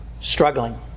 struggling